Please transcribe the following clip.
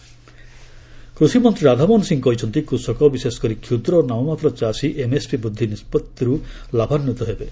Radhamohan MSP କୃଷିମନ୍ତ୍ରୀ ରାଧାମୋହନ ସିଂ କହିଛନ୍ତି କୃଷକ ବିଶେଷକରି କ୍ଷୁଦ୍ର ଓ ନାମମାତ୍ର ଚାଷୀ ଏମ୍ଏସ୍ପି ବୃଦ୍ଧି ନିଷ୍ପତ୍ତିରୁ ଲାଭାନ୍ୱିତ ହେବେ